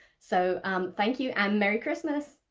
so thank you and merry christmas!